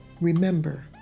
Remember